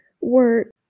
work